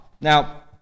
Now